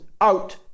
out